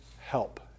help